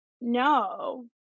No